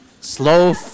Slow